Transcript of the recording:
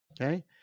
okay